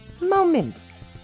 moments